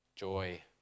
Joy